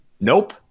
nope